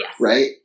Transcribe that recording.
right